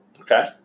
Okay